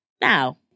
Now